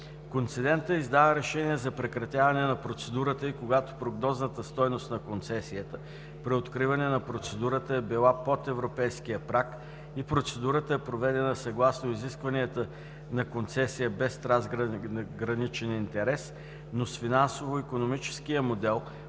Концедентът издава решение за прекратяване на процедурата и когато прогнозната стойност на концесията при откриване на процедурата е била под европейския праг и процедурата е проведена съгласно изискванията на концесия без трансграничен интерес, но с финансово-икономическия модел,